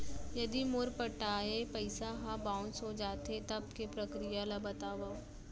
यदि मोर पटाय पइसा ह बाउंस हो जाथे, तब के प्रक्रिया ला बतावव